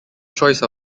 choice